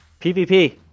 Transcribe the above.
PvP